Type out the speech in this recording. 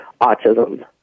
autism